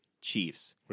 Chiefs